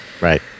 Right